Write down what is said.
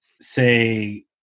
say